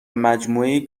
مجموعه